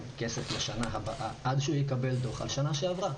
כסף לשנה הבאה עד שהוא יקבל דוח על שנה שעברה.